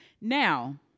Now